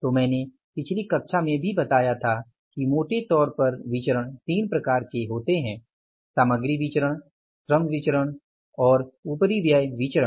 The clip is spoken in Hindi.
तो मैंने आपको पिछली कक्षा में ही बताया था कि मोटे तौर पर विचरण तीन प्रकार के होते हैं सामग्री विचरण श्रम विचरण और ओवरहेड विचरण